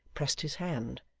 pressed his hand,